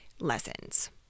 lessons